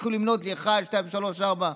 התחילו למנות לי: אחד, שניים, שלושה, ארבעה.